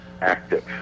active